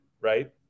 right